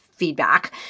feedback